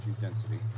density